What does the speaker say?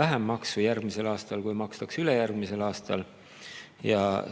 vähem maksu, kui makstakse ülejärgmisel aastal.